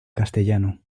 castellano